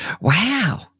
wow